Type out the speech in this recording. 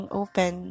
open